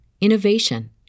innovation